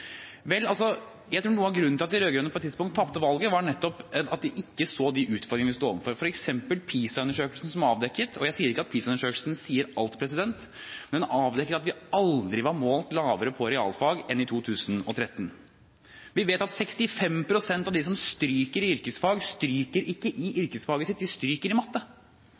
Vel, jeg tror noe av grunnen til at de rød-grønne på et tidspunkt tapte valget, var nettopp at de ikke så de utfordringene vi står overfor. For eksempel har PISA-undersøkelsen avdekket – jeg sier ikke at PISA-undersøkelsen sier alt – at vi aldri var målt lavere på realfag enn i 2013. Vi vet at 65 pst. av de som stryker i yrkesfag, ikke stryker i yrkesfaget sitt, de stryker i matte.